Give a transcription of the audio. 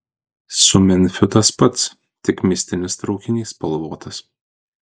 su memfiu tas pats tik mistinis traukinys spalvotas